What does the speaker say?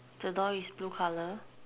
the door is blue colour